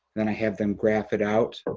and i have them graph it out.